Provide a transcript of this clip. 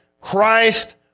Christ